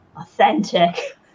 authentic